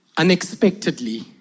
Unexpectedly